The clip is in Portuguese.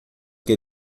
que